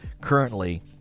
currently